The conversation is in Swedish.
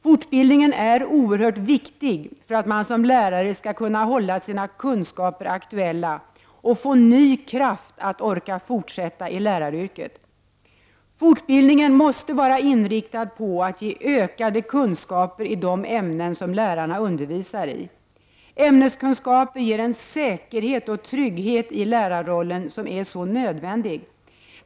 Fortbildningen är oerhört viktig för att man som lärare skall kunna hålla sina kunskaper aktuella och för att få ny kraft för att orka fortsätta i läraryrket. Fortbildningen måste vara inriktad på att ge ökade kunskaper i de ämnen som lärarna undervisar i. Ämneskunskaper ger den säkerhet och trygghet i lärarrollen som är så nödvändig.